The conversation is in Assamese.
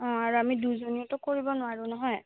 অঁ আৰু আমি দুজনীয়েতো কৰিব নোৱাৰোঁ নহয়